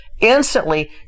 instantly